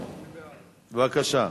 בבקשה.